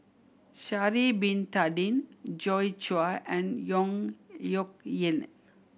Sha'ari Bin Tadin Joi Chua and Yong Nyuk Lin